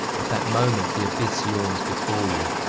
at that moment the abyss yawns before you!